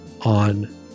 on